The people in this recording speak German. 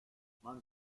man